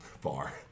far